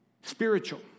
Spiritual